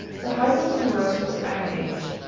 the hardest and worst was the iron age.